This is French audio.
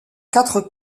quatre